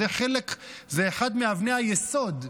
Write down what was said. זו אחת מאבני היסוד,